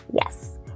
Yes